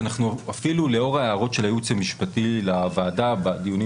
לאור ההערות של הייעוץ המשפטי לוועדה בדיונים